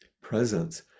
presence